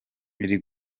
iri